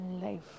life